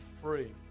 free